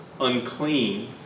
unclean